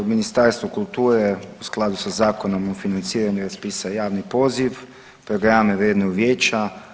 Ministarstvo kulture u skladu sa Zakonom o financiranju raspisuje javni poziv, programe … vijeća.